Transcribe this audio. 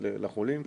לחולים.